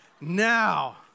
Now